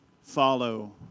follow